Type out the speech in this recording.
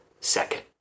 Second